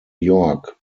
york